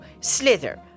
slither